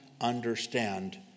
understand